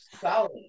solid